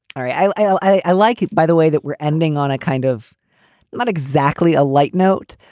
i like it, by the way, that we're ending on a kind of not exactly a light note,